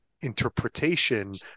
interpretation